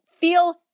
feel